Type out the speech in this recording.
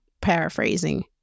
paraphrasing